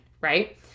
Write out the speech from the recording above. Right